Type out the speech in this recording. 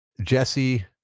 Jesse